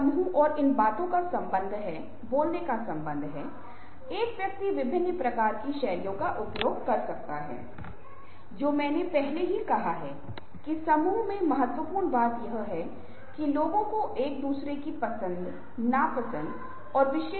इसलिए समय प्रबंधन प्रशिक्षण आपके समय प्रबंधन कौशल और समय प्रबंधन के लाभों में सुधार कर सकता है जहां आप काम करते हैं वहां अधिक उत्पादकता और अधिक दक्षता बेहतर पेशेवर प्रतिष्ठा लाता है